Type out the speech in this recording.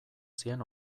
zien